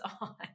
on